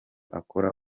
akora